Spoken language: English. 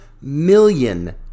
million